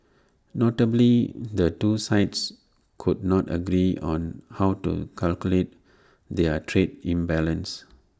notably the two sides could not agree on how to calculate their trade imbalance